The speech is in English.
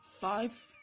Five